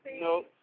no